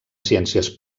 ciències